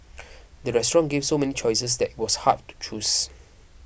the restaurant gave so many choices that it was hard to choose